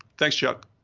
thanks, chuck.